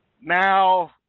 Now